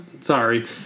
sorry